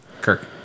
kirk